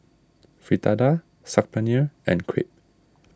Fritada Saag Paneer and Crepe